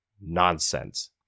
nonsense